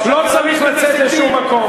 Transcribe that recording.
לא צריך לצאת לשום מקום.